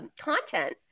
content